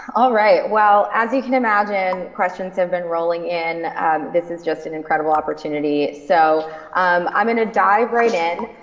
all right, well as you can imagine, questions have been rolling in this is just an incredible opportunity. so um i'm gonna ah dive right in.